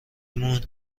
مون